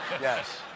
Yes